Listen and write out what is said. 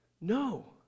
no